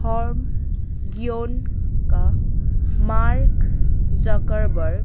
form গ্যোঙ্ক Mark Zuckerberg